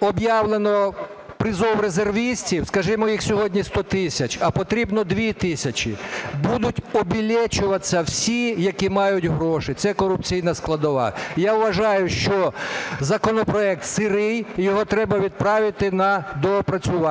об'явлено призов резервістів, скажімо, їх сьогодні 100 тисяч, а потрібно 2 тисячі, будуть "обилечиваться" всі, які мають гроші. Це корупційна складова. Я вважаю, що законопроект сирий, його треба відправити на доопрацювання.